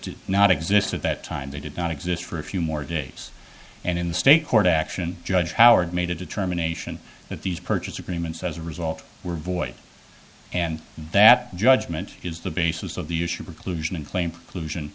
did not exist at that time they did not exist for a few more days and in the state court action judge howard made a determination that these purchase agreements as a result were void and that judgment is the basis of the issue preclusion and claim